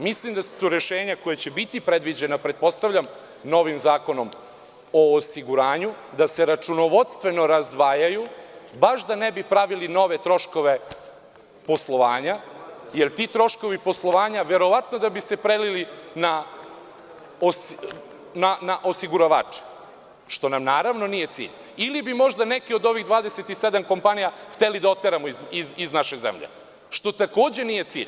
Mislim da su rešenja koja će biti predviđena, pretpostavljam novim zakonom o osiguranju da se računovodstveno razdvajaju baš da ne bi pravili nove troškove poslovanja, jer ti troškovi poslovanja verovatno da bi se prelili na osiguravače, što nam naravno nije cilj, ili bi možda neki od ovih 27 kompanija hteli da oteramo iz naše zemlje, što takođe nije cilj.